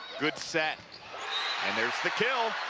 good said and there's the kill.